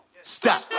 Stop